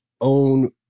own